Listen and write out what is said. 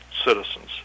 citizens